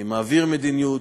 מעביר מדיניות,